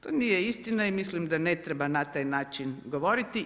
To nije istina i mislim da ne treba na taj način govoriti.